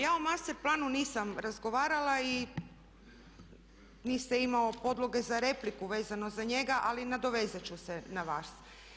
Ja o master planu nisam razgovarala i niste imao podlogu za repliku vezano za njega ali nadovezati ću se na vas.